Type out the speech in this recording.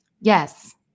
Yes